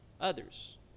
others